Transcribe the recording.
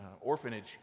orphanage